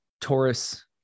Taurus